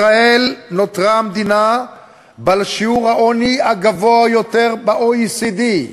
ישראל נותרה המדינה בעלת שיעור העוני הגבוה יותר ב-OECD,